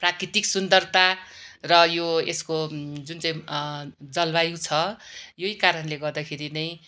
प्राकृतिक सुन्दरता र यो यसको जुन चाहिँ जलवायु छ यही कारणले गर्दाखेरि नै